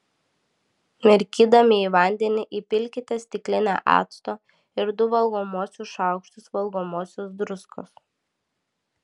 mirkydami į vandenį įpilkite stiklinę acto ir du valgomuosius šaukštus valgomosios druskos